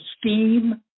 scheme